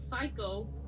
psycho